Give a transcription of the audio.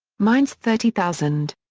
mainz thirty thousand.